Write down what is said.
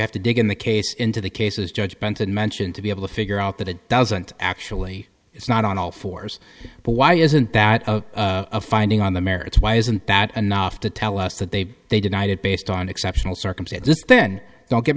have to dig in the case into the cases judge benton mentioned to be able to figure out that it doesn't actually it's not on all fours but why isn't that a finding on the merits why isn't bad enough to tell us that they they denied it based on exceptional circumstances then don't get